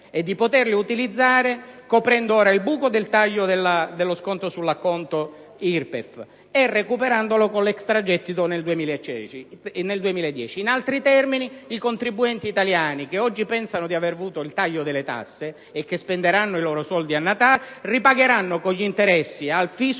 di utilizzarla invece coprendo ora il buco relativo al taglio dello sconto sull'acconto IRPEF, recuperandolo con l'extragettito nel 2010. In altri termini, i contribuenti italiani che oggi pensano di avere avuto il taglio delle tasse e che spenderanno i loro soldi a Natale, ripagheranno con gli interessi al fisco